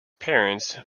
parents